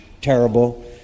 terrible